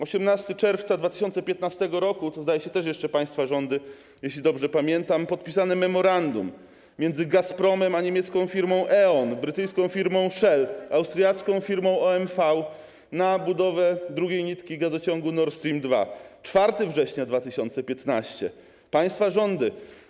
18 czerwca 2015 r. - to, zdaje się, też jeszcze państwa rządy, jeśli dobrze pamiętam - podpisane memorandum między Gazpromem a niemiecką firmą E.ON, brytyjską firmą Shell, austriacką firmą OMV na budowę drugiej nitki gazociągu Nord Stream 2. 4 września 2015 r. - państwa rządy.